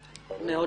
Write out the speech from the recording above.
בהחלטה.